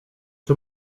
czy